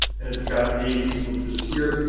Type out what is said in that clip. and it's got these sequences here.